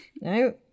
no